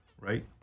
right